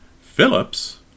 Phillips